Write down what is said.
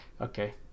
Okay